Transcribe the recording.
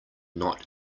not